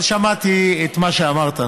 אבל שמעתי את מה שאמרת.